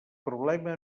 problema